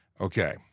Okay